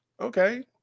Okay